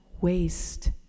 Waste